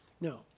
No